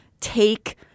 take